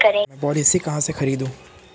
मैं पॉलिसी कहाँ से खरीदूं?